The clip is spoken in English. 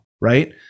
right